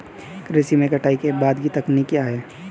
कृषि में कटाई के बाद की तकनीक क्या है?